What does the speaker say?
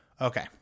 Okay